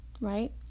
right